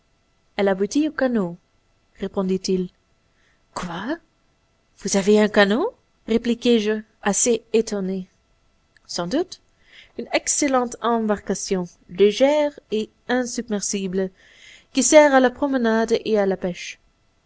elle aboutit au canot répondit-il quoi vous avez un canot répliquai-je assez étonné sans doute une excellente embarcation légère et insubmersible qui sert à la promenade et à la pêche